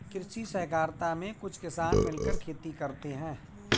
कृषि सहकारिता में कुछ किसान मिलकर खेती करते हैं